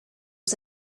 was